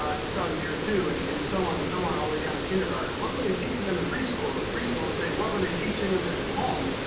ah at the start of the year too, and and so on and so on all the way down to and kindergarten. what were they teaching them in preschool, and preschool is saying, what were they teaching them at and home?